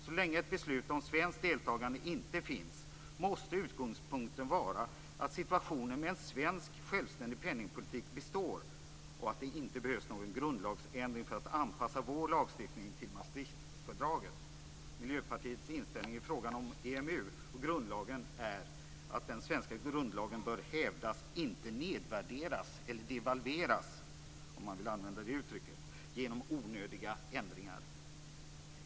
Så länge ett beslut om svenskt deltagande inte finns måste utgångspunkten vara att situationen med en svensk självständig penningpolitik består och att det inte behövs någon grundlagsändring för att anpassa vår lagstiftning till Maastrichtfördraget. Miljöpartiets inställning till frågan om EMU och grundlagen är att den svenska grundlagen bör hävdas, inte nedvärderas eller devalveras - om man vill använda det uttrycket - genom onödiga ändringar.